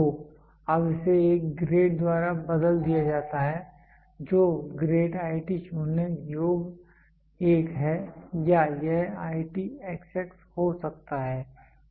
तो अब इसे एक ग्रेड द्वारा बदल दिया जाता है जो ग्रेड IT0 योग 1 है या यह IT xx हो सकता है